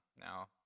Now